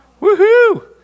Woohoo